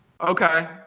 Okay